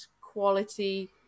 quality